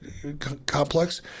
complex